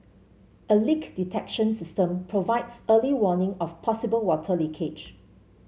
a leak detection system provides early warning of possible water leakage